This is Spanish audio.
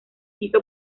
quiso